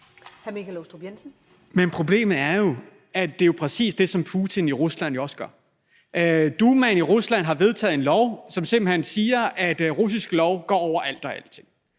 Men problemet er, at det jo præcis er det, som Putin i Rusland også gør. Dumaen i Rusland har vedtaget en lov, som simpelt hen siger, at russisk lov står over alting.